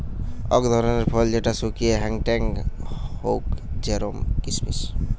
অক ধরণের ফল যেটা শুকিয়ে হেংটেং হউক জেরোম কিসমিস